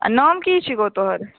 नाम की छिको तोहर